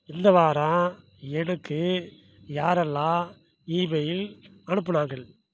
இந்த வாரம் எனக்கு யாரெல்லாம் இமெயில் அனுப்புனாங்க